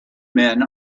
men